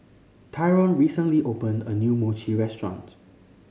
Tyron recently opened a new Mochi restaurant